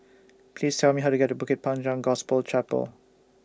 Please Tell Me How to get to Bukit Panjang Gospel Chapel